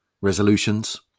resolutions